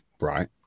right